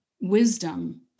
wisdom